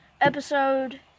episode